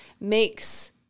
makes